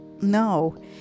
No